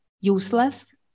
useless